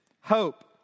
hope